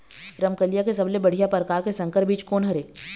रमकलिया के सबले बढ़िया परकार के संकर बीज कोन हर ये?